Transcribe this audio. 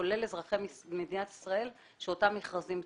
כולל אזרחי מדינת ישראל בגלל שאותם מכרזים תקועים.